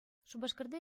шупашкарта